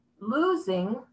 losing